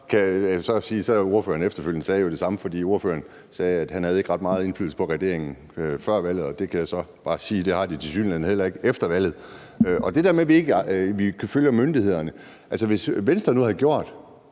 ordfører efterfølgende gjorde det samme, for han sagde, at han ikke havde ret meget indflydelse på regeringen før valget, og det kan jeg så bare sige at man tilsyneladende heller ikke har efter valget. Til det der med, at vi følger myndighederne, vil jeg sige, at hvis Venstre nu havde gjort